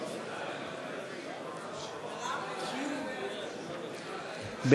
מפעלי משרד רה"מ והאוצר, לשנת הכספים 2018, נתקבל.